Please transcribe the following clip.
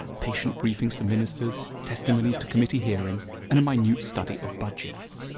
patient briefings to ministers, testimonies to committee hearings, and a minute study of budgets.